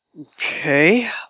Okay